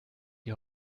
die